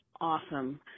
awesome